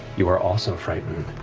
you are also frightened.